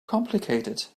complicated